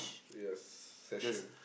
yes session